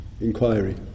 inquiry